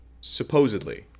Supposedly